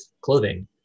clothing